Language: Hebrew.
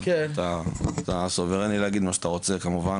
אתה סוברני להגיד מה שאתה רוצה כמובן,